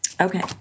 Okay